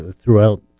throughout